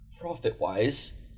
profit-wise